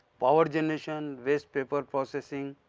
power generation waste paper processing,